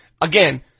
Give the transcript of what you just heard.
again